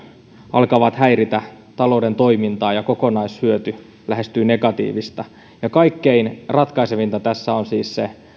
alkavat häiritä talouden toimintaa ja kokonaishyöty lähestyy negatiivista kaikkein ratkaisevinta tässä on siis se